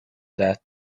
that